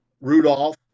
Rudolph